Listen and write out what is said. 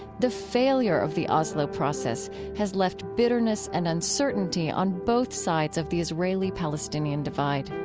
the failure of the oslo process has left bitterness and uncertainty on both sides of the israeli-palestinian divide